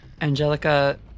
Angelica